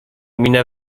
minę